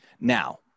Now